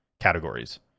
categories